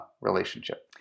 relationship